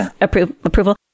approval